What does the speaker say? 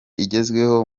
igezweho